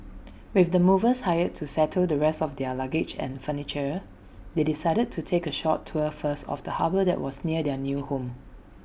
with the movers hired to settle the rest of their luggage and furniture they decided to take A short tour first of the harbour that was near their new home